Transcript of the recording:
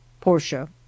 portia